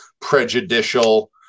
prejudicial